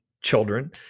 children